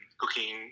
cooking